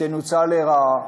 תנוצל לרעה.